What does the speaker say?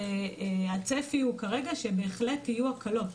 והצפי כרגע הוא שבהחלט יהיו הקלות.